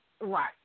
Right